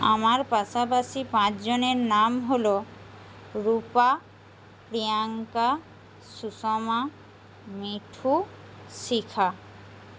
আমার পাশাপাশি পাঁচ জনের নাম হল রুপা প্রিয়াঙ্কা সুষমা মিঠু শিখা